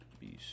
Beast